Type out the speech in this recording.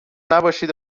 نباشید